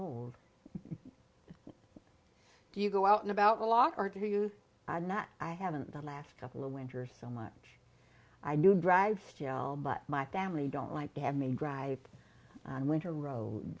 old do you go out and about a lot or do you not i haven't the last couple of winters so much i knew drive still but my family don't like to have me drive in winter ro